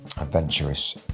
adventurous